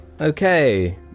Okay